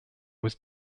was